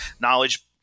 knowledge